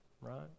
right